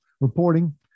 reporting